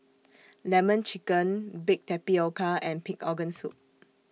Lemon Chicken Baked Tapioca and Pig Organ Soup